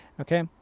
Okay